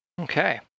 Okay